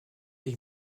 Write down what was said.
ich